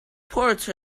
ports